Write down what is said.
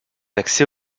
accès